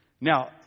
Now